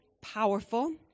powerful